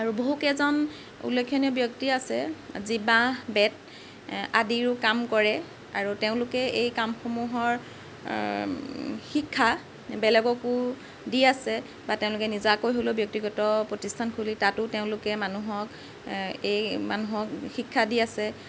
আৰু বহুকেজন উল্লেখনীয় ব্যক্তি আছে যি বাঁহ বেঁত আদিৰো কাম কৰে আৰু তেওঁলোকে এই কামসমূহৰ শিক্ষা বেলেগকো দি আছে বা তেওঁলোকে নিজাকৈ হ'লেও ব্যক্তিগত প্ৰতিষ্ঠান খুলি তাতো তেওঁলোকে মানুহক এই মানুহক শিক্ষা দি আছে